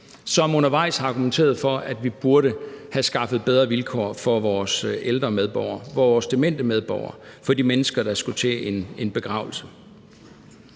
som undervejs har argumenteret for, at vi burde have skaffet bedre vilkår for vores ældre medborgere, vores demente medborgere, for de mennesker, der skulle til en begravelse.